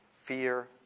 fear